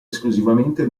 esclusivamente